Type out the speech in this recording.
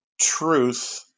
truth